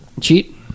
cheat